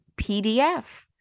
PDF